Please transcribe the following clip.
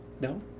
No